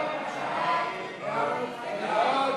סעיף 40,